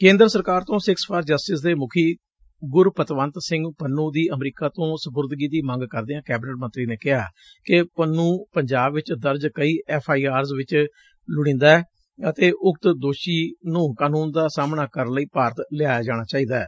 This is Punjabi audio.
ਕੇਂਦਰ ਸਰਕਾਰ ਤੋਂ ਸਿੱਖਜ਼ ਫਾਰ ਜਸਟਿਸ ਦੇ ਮੁਖੀ ਗੁਰਪਤਵੰਤ ਸਿੰਘ ਪੰਨੁੰ ਦੀ ਅਮਰੀਕਾ ਤੋਂ ਸਪੁਰਦਗੀ ਦੀ ਮੰਗ ਕਰਦਿਆਂ ਕੈਬਨਿਟ ਮੰਤਰੀ ਨੇ ਕਿਹਾ ਕਿ ਪੰਨੂੰ ਪੰਜਾਬ ਵਿੱਚ ਦਰਜ ਕਈ ਐਫਆਈਆਰਜ਼ ਵਿੱਚ ਲੋੜੀਦਾ ਏ ਅਤੇ ਉਕਤ ਦੋਸ਼ੀ ਨੂੰ ਕਾਨੂੰਨ ਦਾ ਸਾਹਮਣਾ ਕਰਨ ਲਈ ਭਾਰਤ ਲਿਆਇਆ ਜਾਣਾ ਚਾਹੀਦੈ